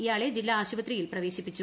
ഇയാളെ ജില്ലാ ആശുപത്രിയിൽ പ്രവേശിപ്പിച്ചു